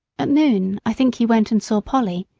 at noon i think he went and saw polly,